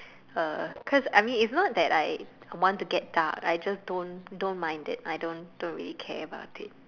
uh cause I mean it's not that I want to get dark I just don't don't mind it I don't don't really care about it